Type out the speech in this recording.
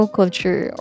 culture